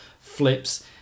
flips